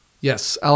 Yes